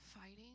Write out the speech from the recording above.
fighting